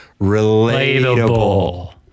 relatable